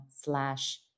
slash